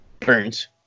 Burns